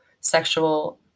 sexual